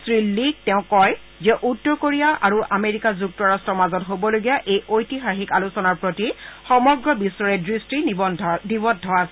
শ্ৰী লীক তেওঁ কয় যে উত্তৰ কোৰিয়া আৰু আমেৰিকা যুক্তৰাষ্টৰ মাজত হবলগীয়া এই ঐতিহাসিক আলোচনাৰ প্ৰতি সমগ্ৰ বিশ্বৰে দৃষ্টি নিবদ্ধ আছে